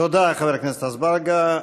תודה, חבר הכנסת אזברגה.